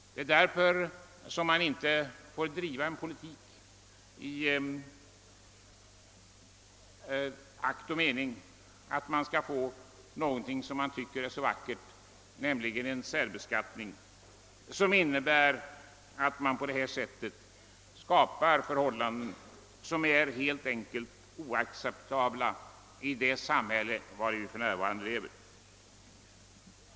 Det är anledningen till att man inte får driva en politik i akt och mening att införa en särbeskattning som innebär att förhållanden skapas som helt enkelt är oacceptabla i det samhälle vari vi för närvarande lever.